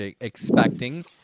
Expecting